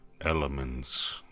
elements